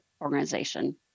organization